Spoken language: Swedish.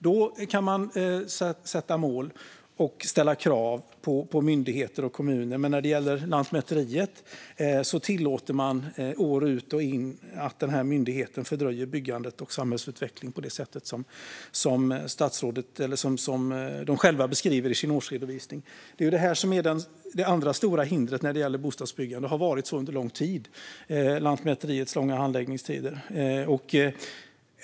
Då kan man sätta upp mål och ställa krav på myndigheter och kommuner. Men när det gäller Lantmäteriet tillåter man år ut och år in att myndigheten fördröjer byggandet och samhällsutvecklingen på det sätt som de själva beskriver i sin årsredovisning. Det är detta som är - och så har det varit under lång tid - det andra stora hindret när det gäller bostadsbyggande: Lantmäteriets långa handläggningstider.